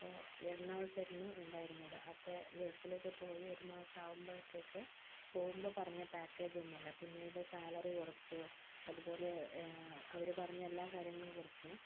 അപ്പോൾ എറണാകുളത്തായിരുന്നു ഉണ്ടായിരുന്നത് അപ്പോൾ ഗൾഫിലേക്ക് പോയി ഒരുമാസം ആവുമ്പോഴത്തേക്ക് പോകുമ്പോൾ പറഞ്ഞ പാക്കേജ് ഒന്നുമല്ല പിന്നീട് സാലറി കുറച്ചു അതുപോലെ അവര് പറഞ്ഞ എല്ലാ കാര്യങ്ങളും കുറച്ചു